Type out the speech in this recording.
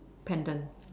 pendant